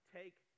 take